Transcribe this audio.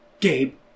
Gabe